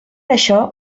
això